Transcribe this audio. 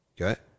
Okay